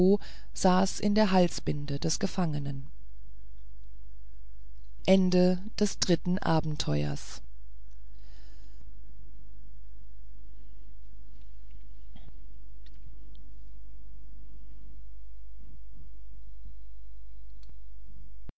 saß in der halsbinde des gefangenen viertes abenteuer